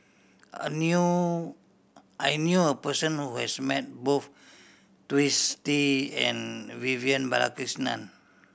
I knew I knew a person who has met both Twisstii and Vivian Balakrishnan